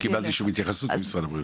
לא קיבלתי שום התייחסות ממשרד הבריאות.